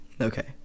Okay